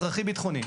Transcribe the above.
אזרחי-ביטחוני.